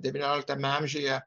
devynioliktame amžiuje